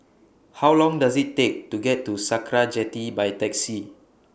How Long Does IT Take to get to Sakra Jetty By Taxi